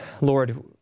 Lord